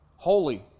Holy